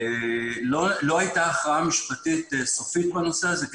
הייתה הכרעה משפטית סופית בנושא הזה.